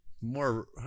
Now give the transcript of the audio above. more